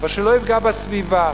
אבל שלא יפגעו בסביבה.